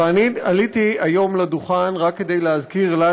ואני עליתי היום לדוכן רק כדי להזכיר לנו,